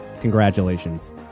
Congratulations